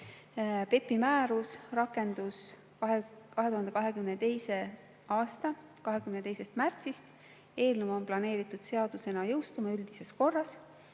PEPP-i määrus rakendus 2022. aasta 22. märtsil. Eelnõu on planeeritud seadusena jõustuma üldises korras.